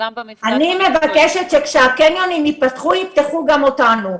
אני מבקשת שכאשר הקניונים ייפתחו, יפתחו גם אותנו.